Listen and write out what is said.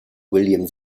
william